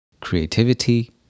creativity